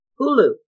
Hulu